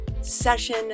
session